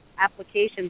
applications